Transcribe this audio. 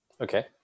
Okay